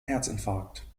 herzinfarkt